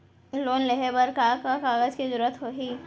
Loan लेहे बर का का कागज के जरूरत होही?